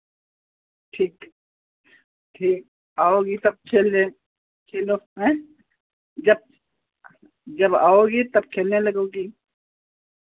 ठिक ठीक ठिक आओगी तब खेलने खेलो आँय जब जब आओगी तब खेलने लगोगी